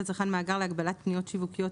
(מאגר להגבלת פניות שיווקיות),